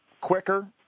quicker